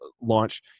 launch